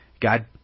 God